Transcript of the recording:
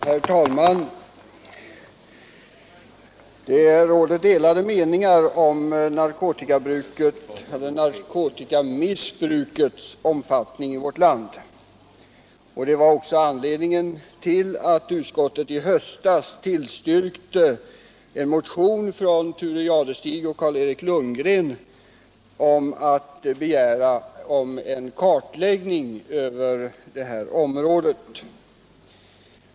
Herr talman! Det råder delade meningar om narkotikamissbrukets omfattning i vårt land. Det var också anledningen till att utskottet i höstas tillstyrkte en motion av Thure Jadestig och Carl-Eric Lundgren om att begära en kartläggning på detta område.